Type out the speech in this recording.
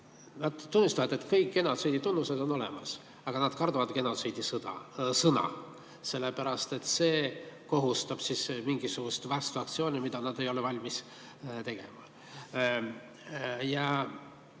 nad tunnistavad, et kõik genotsiidi tunnused on olemas, aga nad kardavad sõna "genotsiid", sellepärast et see kohustab mingisugusteks vastuaktsioonideks, mida nad ei ole valmis tegema. Ja